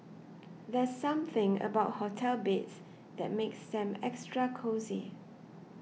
there's something about hotel beds that makes them extra cosy